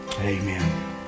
Amen